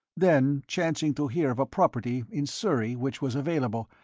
then, chancing to hear of a property in surrey which was available,